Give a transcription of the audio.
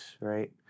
right